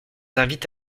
invite